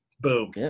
Boom